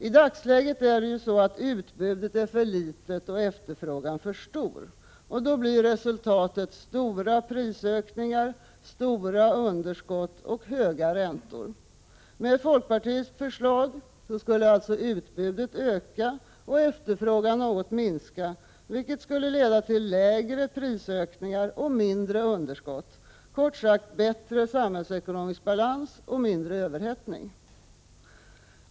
I dagsläget är utbudet för litet och efterfrågan för stor. Då blir resultatet stora prisökningar, stora underskott och höga räntor. Med folkpartiets förslag skulle utbudet öka och efterfrågan minska, vilket leder till lägre prisökningar och mindre underskott, kort sagt bättre samhällsekonomisk balans och mindre överhettning.